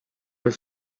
per